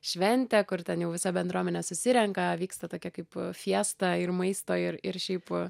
šventė kur ten jau visa bendruomenė susirenka vyksta tokia kaip fiesta ir maisto ir ir šiaip